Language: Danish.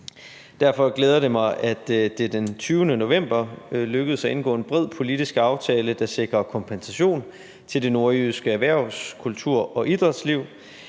Derfor glæder det mig, at det den 20. november lykkedes at indgå en bred politisk aftale, der sikrer kompensation til det nordjyske erhvervs-, kultur- og idrætsliv.